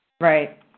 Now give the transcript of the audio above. Right